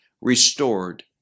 restored